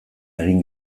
egin